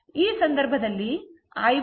ಈ ಸಂದರ್ಭದಲ್ಲಿ i1 5 sin ω t ಗೆ ಸಮಾನವಾಗಿರುತ್ತದೆ